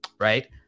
Right